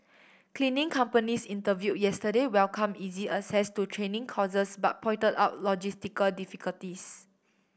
cleaning companies interviewed yesterday welcomed easy access to training courses but pointed out logistical difficulties